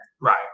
Right